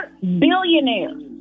billionaires